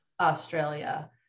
Australia